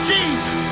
Jesus